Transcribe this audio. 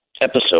episode